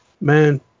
Man